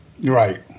Right